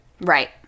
Right